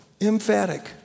emphatic